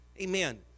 Amen